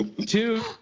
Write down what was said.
Two